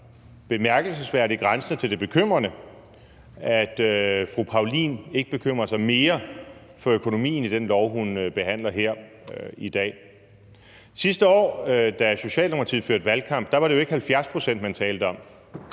bemærkelsesværdigt grænsende til det bekymrende, at fru Anne Paulin ikke bekymrer sig mere om økonomien i det lovforslag, vi behandler her i dag. Sidste år, da Socialdemokratiet førte valgkamp, var det jo ikke 70 pct., man talte om.